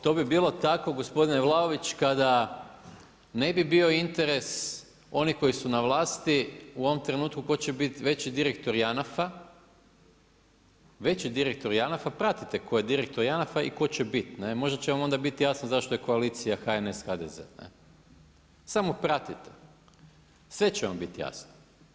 To bi bilo tako gospodine Vladović kada ne bi bio interes onih koji su na vlasti u ovom trenutku tko će biti veći direktor JANAF-a, veći direktor JANAF-a, pratite tko je direktor JANAF-a i tko će biti, možda će vam onda biti jasno zašto je koalicija HNS, HDZ, samo pratite, sve će vam biti jasno.